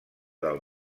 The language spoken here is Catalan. del